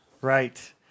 Right